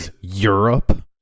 Europe